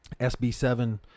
sb7